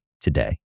today